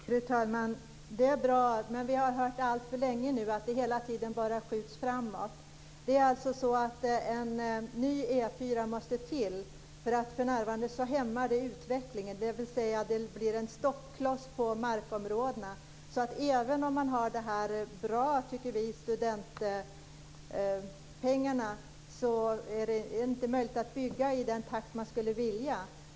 Fru talman! Detta är bra, men vi har nu alltför länge fått se att allting bara senareläggs. Det måste till en ny sträckning av E 4, eftersom den nuvarande situationen fungerar som en stoppkloss på markområdet. Vi tycker att det är bra med pengarna till studentbostäder, men man kan inte bygga i den takt som man skulle önska.